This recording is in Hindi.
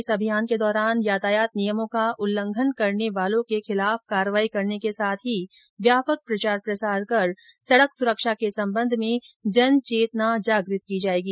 इस अभियान के दौरान यातायात नियमों का उल्लंघन करने वालों के विरूद्व कार्यवाही करने के साथ ही व्यापक प्रचार प्रसार कर सडक सुरक्षा के सम्बन्ध में जनचेतना जागृत की जायेगी